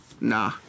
nah